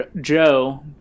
Joe